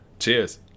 Cheers